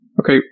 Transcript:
Okay